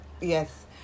Yes